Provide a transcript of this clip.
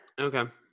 Okay